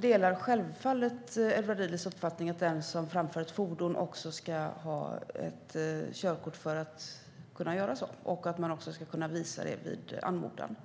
delar självfallet Edward Riedls uppfattning att den som framför ett fordon ska ha ett körkort för att kunna göra så och att man också ska kunna visa det på anmodan.